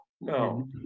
No